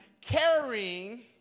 Carrying